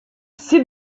sit